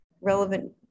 relevant